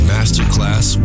Masterclass